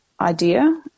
idea